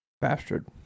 Bastard